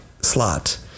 slot